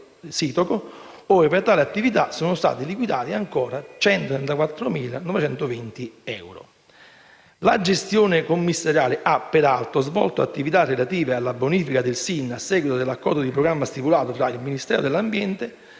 Sitoco, ove per tale attività sono stati liquidati 134.920 euro. La gestione commissariale ha peraltro svolto attività relative alla bonifica del SIN a seguito dell'Accordo di programma stipulato tra il Ministero dell'ambiente,